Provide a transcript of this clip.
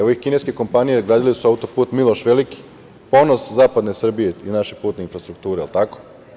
Evo ih kineske kompanije, izgradile su auto-put Miloš Veliki, ponos zapadne Srbije i naše putne infrastrukture, jel tako?